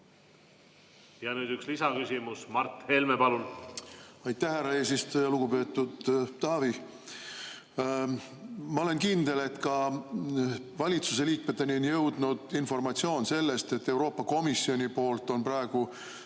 Nüüd üks lisaküsimus. Mart Helme, palun! Aitäh, härra eesistuja! Lugupeetud Taavi! Ma olen kindel, et ka valitsuse liikmeteni on jõudnud informatsioon selle kohta, et Euroopa Komisjonis on praegu